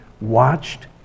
watched